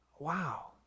wow